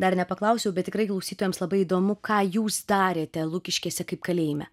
dar nepaklausiau bet tikrai klausytojams labai įdomu ką jūs darėte lukiškėse kaip kalėjime